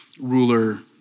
ruler